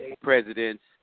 presidents